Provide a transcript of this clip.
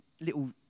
little